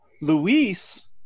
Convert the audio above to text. Luis